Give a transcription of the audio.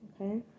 okay